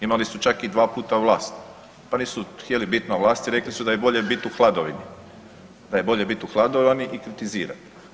Imali su čak i dva puta vlast pa nisu htjeli biti na vlasti, rekli su da je bolje biti u hladovini, da je bolje biti u hladovini i kritizirat.